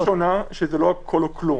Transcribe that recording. נקודה ראשונה, שזה לא הכול או כלום.